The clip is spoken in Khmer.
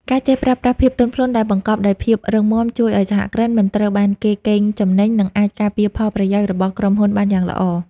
ការចេះប្រើប្រាស់ "ភាពទន់ភ្លន់ដែលបង្កប់ដោយភាពរឹងមាំ" ជួយឱ្យសហគ្រិនមិនត្រូវបានគេកេងចំណេញ និងអាចការពារផលប្រយោជន៍របស់ក្រុមហ៊ុនបានយ៉ាងល្អ។